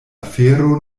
afero